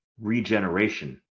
regeneration